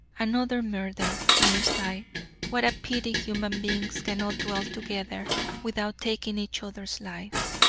another murder, mused i what a pity human beings cannot dwell together without taking each other's lives.